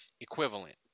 equivalent